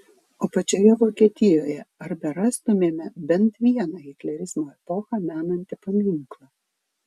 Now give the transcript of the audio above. o pačioje vokietijoje ar berastumėme bent vieną hitlerizmo epochą menantį paminklą